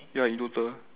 ya in total